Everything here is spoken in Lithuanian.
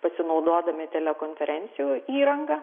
pasinaudodami telekonferencijų įranga